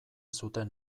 zuten